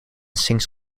sings